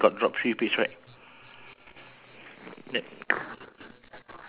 straw hat correct white shirt